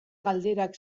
galderak